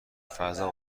فضا